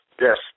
yes